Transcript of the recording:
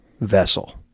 vessel